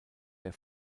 der